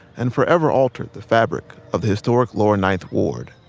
and forever altered the fabric of the historic lower ninth ward.